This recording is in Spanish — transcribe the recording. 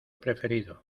preferido